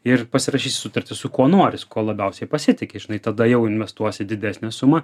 ir pasirašysi sutartį su kuo nori su kuo labiausiai pasitiki žinai tada jau investuosi didesnę sumą